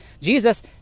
Jesus